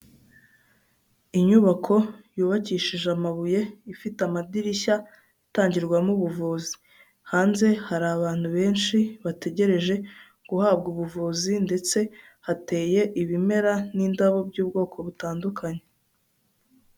Inyubako yubakishije amabuye, ifite amadirishya itangirwamo ubuvuzi, hanze hari abantu benshi bategereje guhabwa ubuvuzi, ndetse hateye ibimera n'indabo by'ubwoko butandukanye.